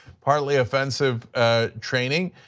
partly offense of ah training.